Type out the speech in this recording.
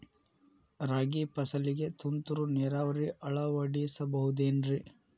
ರಾಗಿ ಫಸಲಿಗೆ ತುಂತುರು ನೇರಾವರಿ ಅಳವಡಿಸಬಹುದೇನ್ರಿ?